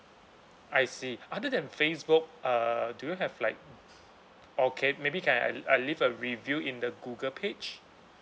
I see other than facebook uh do you have like or can maybe can I I leave a review in the google page